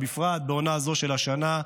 ובפרט בעונה זו של השנה,